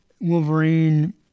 Wolverine